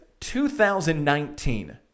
2019